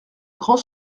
grand